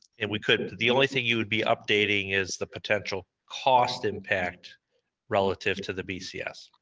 and we could, the only thing you would be updating is the potential cost impact relative to the bcs.